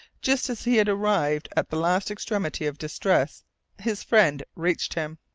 just as he had arrived at the last extremity of distress his friend reached him.